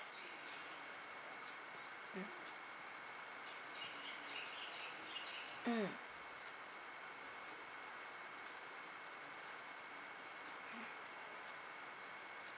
mm um mm